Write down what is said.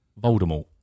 Voldemort